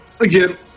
again